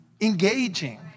engaging